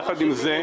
יחד עם זה,